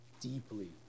deeply